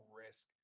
risk